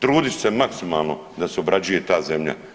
Trudit ću se maksimalno da se obrađuje ta zemlja.